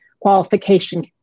qualification